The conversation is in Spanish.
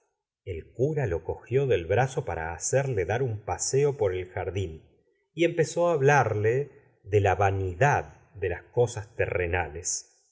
el cura lo cogió del brazo para hacerle dar un paseo por el jardín y empezó á hablarle de la vanidad de las cosas terrenales